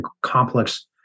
complex